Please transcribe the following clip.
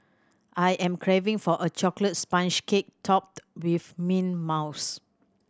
I am craving for a chocolate sponge cake topped with mint mousse